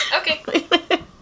Okay